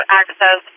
access